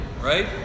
right